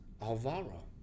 Alvaro